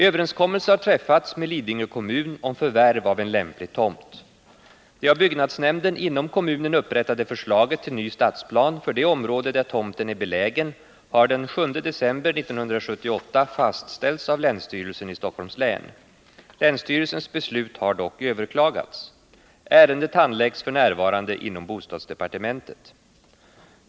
Överenskommelse har träffats med Lidingö kommun om förvärv av en lämplig tomt. Det av byggnadsnämnden inom kommunen upprättade förslaget till ny stadsplan för det område där tomten är belägen har den 7 december 1978 fastställts av länsstyrelsen i Stockholms län. Länsstyrelsens beslut har dock överklagats. Ärendet handläggs f. n. inom bostadsdepartementet.